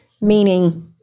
meaning